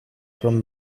from